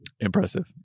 Impressive